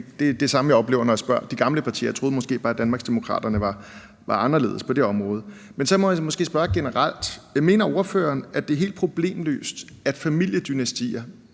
Det er det samme, jeg oplever, når jeg spørger de gamle partier. Jeg troede måske bare, Danmarksdemokraterne var anderledes på det område. Man så må jeg måske spørge generelt. Mener ordføreren, at det er helt problemløst, at familiedynastier,